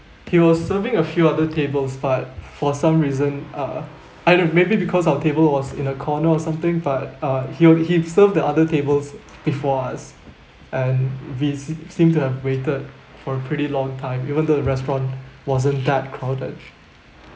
he was serving a few other tables but for some reason uh either maybe because our table was in a corner or something but uh he were he'd serve the other tables before us and we se~ seem to have waited for a pretty long time even though the restaurant wasn't that crowded